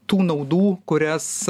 tų naudų kurias